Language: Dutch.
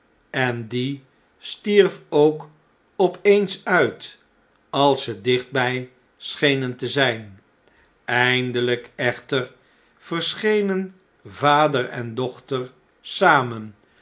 en die stierf ook op eens uit als ze dichtbjj schenen te zjjn eindeljjk echter verschenen vader en dochter samen